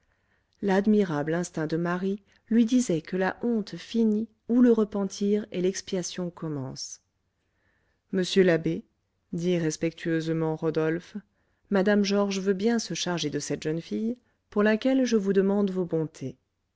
l'admirable instinct de marie lui disait que la honte finit où le repentir et l'expiation commencent monsieur l'abbé dit respectueusement rodolphe mme georges veut bien se charger de cette jeune fille pour laquelle je vous demande vos bontés